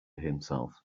himself